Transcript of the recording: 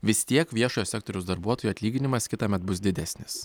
vis tiek viešojo sektoriaus darbuotojų atlyginimas kitąmet bus didesnis